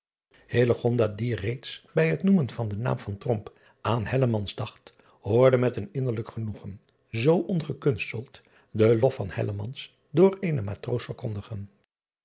die reeds bij het noemen van den naam van aan dacht hoorde met een innerlijk genoegen zoo ongekunsteld den lof van door eenen matroos verkondigen